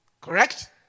correct